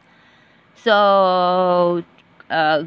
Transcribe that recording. so uh